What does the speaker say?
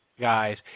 guys